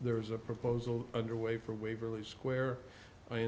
there is a proposal underway for waverly square i